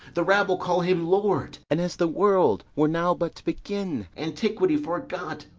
the rabble call him lord and, as the world were now but to begin, antiquity forgot,